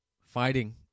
Fighting